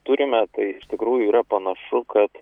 turime tai iš tikrųjų yra panašu kad